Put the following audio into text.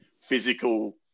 physical